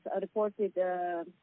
reported